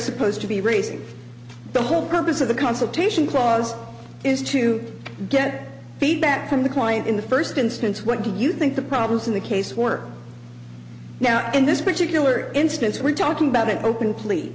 supposed to be raising the whole purpose of the consultation clause is to get feedback from the client in the first instance what do you think the problems in the case were now in this particular instance we're talking about an open ple